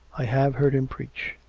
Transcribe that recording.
i have heard him preach.